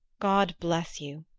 god bless you!